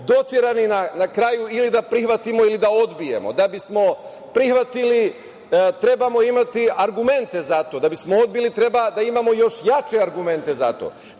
doterani na kraju ili da prihvatimo ili da odbijemo. Da bismo prihvatili, trebamo imati argumente za to. Da bismo odbili, treba da imamo još jače argumente za to,